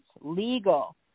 legal